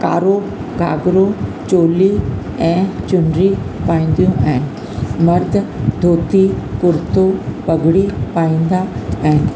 कारो घाघरो चोली ऐं चुनरी पाईंदियूं आहिनि मर्द धोती कुर्तो पगड़ी पाईंदा आहिनि